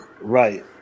Right